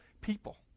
people